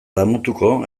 damutuko